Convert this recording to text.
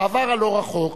בעבר הלא-רחוק